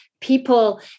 people